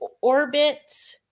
orbit